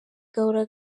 gahora